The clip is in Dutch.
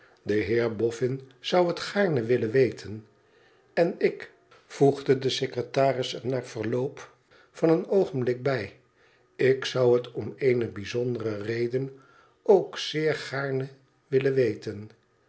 de heer boffin zou het gaarne willen weten n ik voegde de secretaris er na verloop van een oogenblik bij lik zou het om eene bijzondere reden ook zeer gaarne willen weten